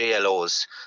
GLOs